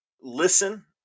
listen